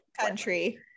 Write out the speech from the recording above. country